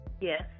Yes